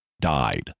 died